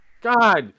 God